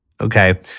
okay